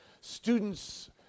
students